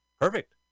Perfect